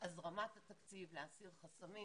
להזרמת התקציב, להסיר חסמים.